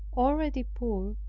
already poor,